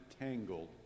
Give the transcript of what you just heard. tangled